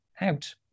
out